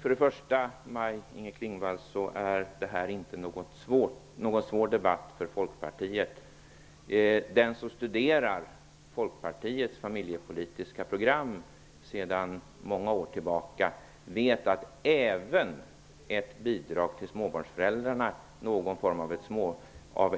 Fru talman! Till att börja med, Maj-Inger Klingvall, är detta inte någon svår debatt för Folkpartiet. Den som studerar Folkpartiets familjepolitiska program sedan många år tillbaka vet att även ett bidrag till småbarnsföräldrarna, alltså någon form av